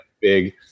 big